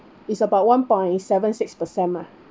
it's about one point seven six percent mah